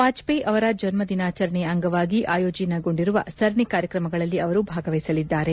ವಾಜಪೇಯಿ ಅವರ ಜನ್ನದಿನಾಚರಣೆಯ ಅಂಗವಾಗಿ ಆಯೋಜನೆಗೊಂಡಿರುವ ಸರಣಿ ಕಾರ್ಯಕ್ರಮಗಳಲ್ಲಿ ಅವರು ಭಾಗವಹಿಸಲಿದ್ದಾರೆ